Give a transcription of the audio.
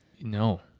No